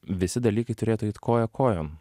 visi dalykai turėtų eit koja kojon